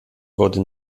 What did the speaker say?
wurde